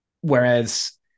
whereas